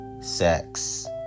sex